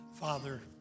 Father